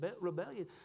rebellion